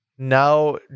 now